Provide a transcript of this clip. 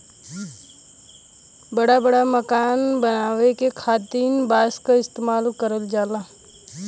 बड़ा बड़ा मकान बनावे खातिर भी बांस क इस्तेमाल करल जाला